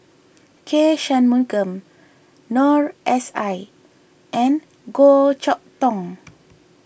K Shanmugam Noor S I and Goh Chok Tong